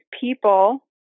people